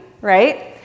right